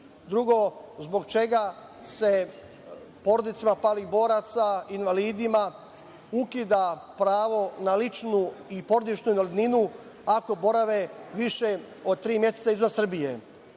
- zbog čega se porodicama palih boraca, invalidima ukida pravo na ličnu i porodičnu invalidninu ako borave više od tri meseca izvan Srbije?